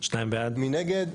הצבעה בעד,